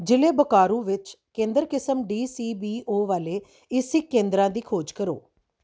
ਜ਼ਿਲ੍ਹੇ ਬਕਾਰੋ ਵਿੱਚ ਕੇਂਦਰ ਕਿਸਮ ਡੀ ਸੀ ਬੀ ਓ ਵਾਲੇ ਏਸਿਕ ਕੇਂਦਰਾਂ ਦੀ ਖੋਜ ਕਰੋ